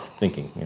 thinking,